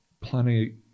plenty